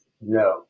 No